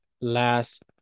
last